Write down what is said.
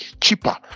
cheaper